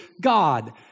God